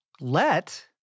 Let